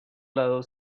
lado